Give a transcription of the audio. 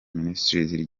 ministries